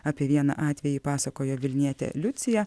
apie vieną atvejį pasakojo vilnietė liucija